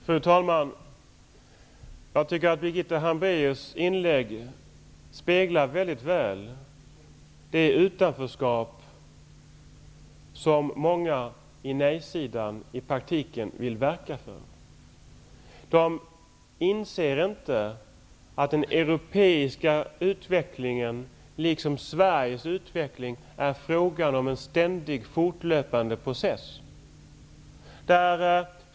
Fru talman! Jag tycker att Birgitta Hambraeus inlägg väldigt väl speglar det utanförskap som många på nej-sidan i praktiken vill verka för. De inser inte att den europeiska utvecklingen, liksom Sveriges utveckling, är fråga om en ständigt fortlöpande process.